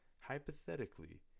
hypothetically